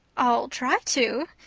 i'll try to,